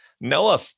Noah